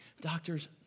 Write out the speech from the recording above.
Doctors